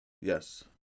Yes